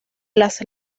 las